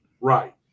Right